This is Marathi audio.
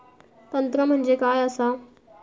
तंत्र म्हणजे काय असा?